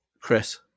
Chris